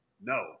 No